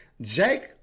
Jake